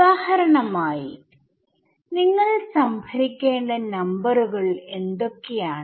ഉദാഹരണമായി നിങ്ങൾ സംഭരിക്കേണ്ട നമ്പറുകൾ എന്തൊക്കെയാണ്